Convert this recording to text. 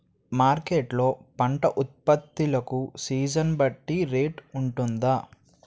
Market లొ పంట ఉత్పత్తి లకు సీజన్ బట్టి రేట్ వుంటుందా?